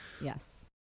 Yes